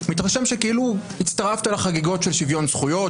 מתרשם שכאילו הצטרפת לחגיגות של שוויון זכויות,